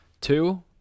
Two